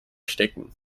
stecken